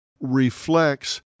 reflects